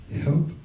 Help